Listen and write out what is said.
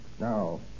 Now